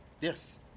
Yes